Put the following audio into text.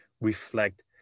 reflect